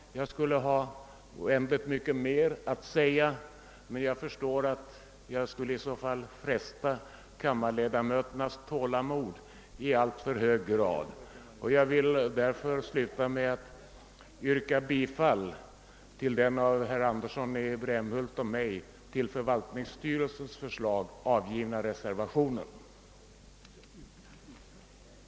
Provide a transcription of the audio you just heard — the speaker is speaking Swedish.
Jag skulle ha oändligt mycket mer att säga, men jag förstår att jag i så fall skulle fresta kammarledamöternas tålamod i alltför hög grad. Jag vill därför sluta med att yrka att kammaren måtte besluta att riksdagen under en övergångstid från och med den 1 januari 1971 skall vara förlagd till kvarteret Garnisonen i Stockholm intill dess riksdagen kan inflytta i omoch/eller nybyggt riksdagshus.